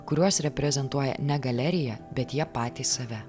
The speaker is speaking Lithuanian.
kuriuos reprezentuoja ne galerija bet jie patys save